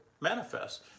manifest